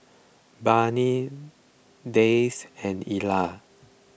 Barnie Dayse and Ela